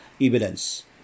evidence